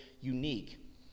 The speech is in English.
unique